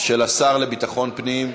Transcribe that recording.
של השר לביטחון הפנים.